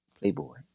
Playboy